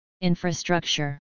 infrastructure